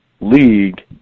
league